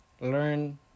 learn